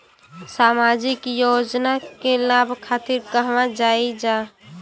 सामाजिक योजना के लाभ खातिर कहवा जाई जा?